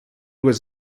was